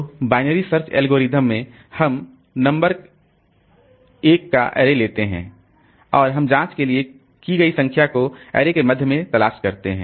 तो binary search algorithm मैं हम नंबर का एक अरे लेते हैं और हम जांच के लिए ली गई संख्या को अरे के मध्य में तलाश करते हैं